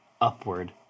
upward